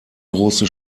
große